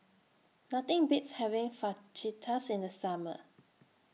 Nothing Beats having Fajitas in The Summer